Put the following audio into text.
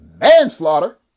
manslaughter